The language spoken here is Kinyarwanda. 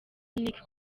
nick